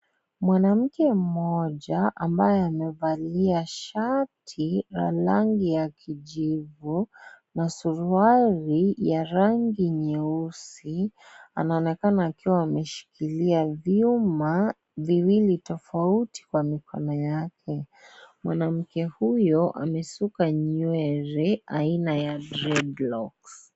Mwanamke moja ambaye amevalia shati la rangi ya kijivu na suruali ya rangi nyeusi, anaonekana akiwa ameshikilia vyuma viwili tofauti kwa mikono yake, mwanamke huyo amesuka nywele aina ya dreadlocks .